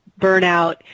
burnout